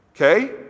Okay